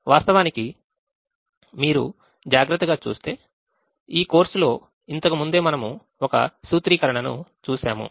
వాస్తవానికి మీరు జాగ్రత్తగా చూస్తే ఈ కోర్సులో ఇంతకు ముందే మనము ఒక సూత్రీకరణను చూశాము